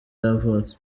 yavutse